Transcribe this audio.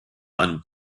einem